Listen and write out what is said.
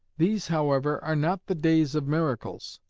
these, however, are not the days of miracles,